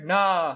Nah